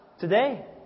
today